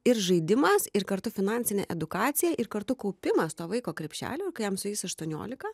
ir žaidimas ir kartu finansinė edukacija ir kartu kaupimas to vaiko krepšelio kai jam sueis aštuoniolika